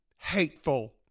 hateful